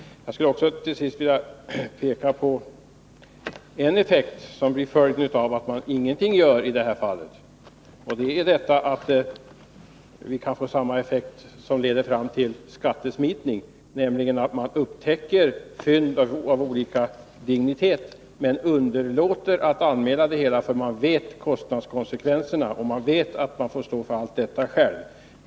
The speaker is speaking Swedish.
Till sist vill jag peka på en effekt som kan bli följden av att man ingenting gör i det här fallet. Vi kan få samma effekt som den som leder till skattesmitning, nämligen att man upptäcker fynd av:olika dignitet men underlåter att anmäla dem därför att man känner till konsekvenserna, dvs. att man själv får stå för allting.